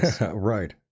Right